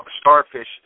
starfish